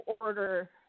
order